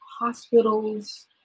hospitals